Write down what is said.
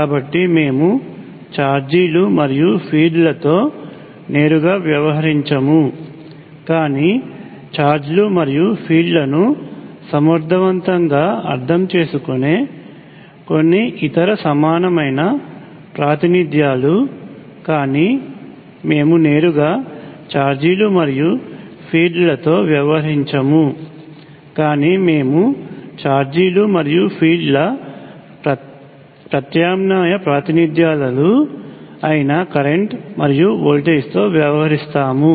కాబట్టి మేము ఛార్జీలు మరియు ఫీల్డ్లతో నేరుగా వ్యవహరించము కానీ ఛార్జ్ లు మరియు ఫీల్డ్లను సమర్థవంతంగా అర్ధం చేసుకునే కొన్ని ఇతర సమానమైన ప్రాతినిధ్యాలు కానీ మేము నేరుగా ఛార్జీలు మరియు ఫీల్డ్లతో వ్యవహరించము కానీ మేము ఛార్జీలు మరియు ఫీల్డ్ ల ప్రత్యామ్నాయ ప్రాతినిధ్యాలలు అయిన కరెంట్ మరియు వోల్టేజ్ తో వ్యవహరిస్తాము